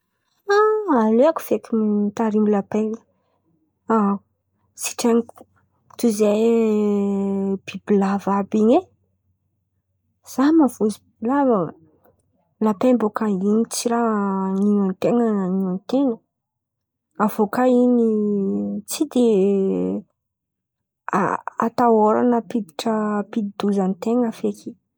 A, aleoko feky mitarimy lapain sitrany toy zay bibilava àby in̈y ai. Za mavozo bibilava hoa. Lapain bôka in̈y tsy raha anin̈o an-ten̈a. Aviô kà in̈y tsy de atahôran̈a a- ampidi-doza an-ten̈a de zay.